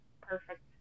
perfect